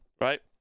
right